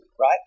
right